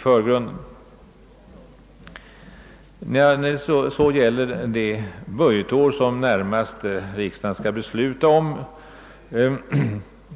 För det budgetår, som riksdagen närmast skall fatta beslut om,